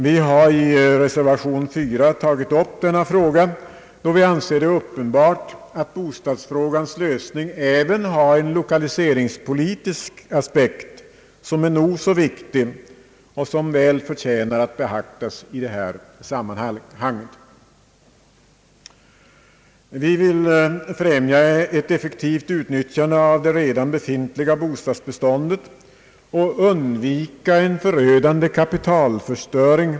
Vi har i reservation nr 4 tagit upp denna fråga, då vi anser det uppenbart att bostadsfrågans lösning även har en lokaliseringspolitisk aspekt, som är nog så viktig och som väl förtjänar att beaktas i sammanhanget. Vi vill främja ett effektivt utnyttjande av det redan befintliga bostadsbeståndet och undvika en förödande kapitalförstöring.